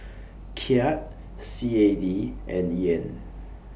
Kyat C A D and Yen